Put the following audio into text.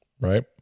right